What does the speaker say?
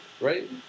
right